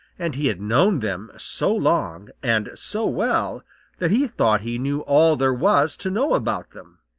and he had known them so long and so well that he thought he knew all there was to know about them.